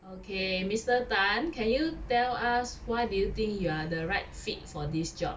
okay mr tan can you tell us why do you think you are the right fit for this job